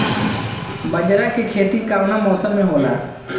बाजरा के खेती कवना मौसम मे होला?